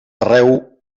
arreu